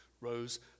rose